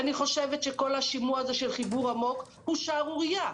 אני חושבת שכל השימוע הזה של חיבור עמוק הוא שערורייה,